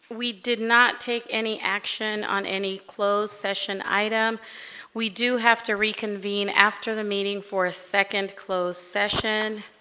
we did not take any action on any closed session item we do have to reconvene after the meeting for a second closed session